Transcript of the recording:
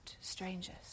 strangers